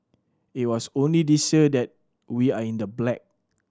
it was only this year that we are in the black